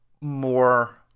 more